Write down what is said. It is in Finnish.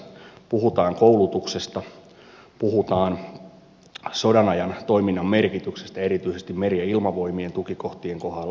puhutaan koulutuksesta puhutaan sodan ajan toiminnan merkityksestä erityisesti meri ja ilmavoimien tukikohtien kohdalla